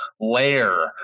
layer